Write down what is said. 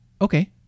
okay